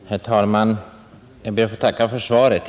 Herr talman! Jag ber att få tacka för svaret.